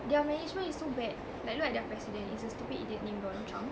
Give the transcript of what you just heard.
their management is so bad like look at their president it's a stupid idiot named donald trump